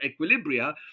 equilibria